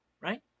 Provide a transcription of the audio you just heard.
right